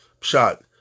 shot